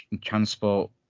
transport